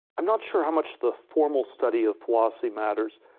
i'm not sure how much the formal study of philosophy matters.